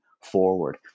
forward